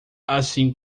assim